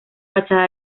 fachada